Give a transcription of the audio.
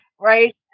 right